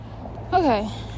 Okay